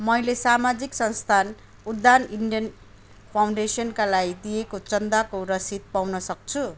मैले सामाजिक संस्थान उडान इन्डियन फाउन्डेसनका लागि दिएको चन्दाको रसिद पाउनसक्छु